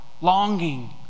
longing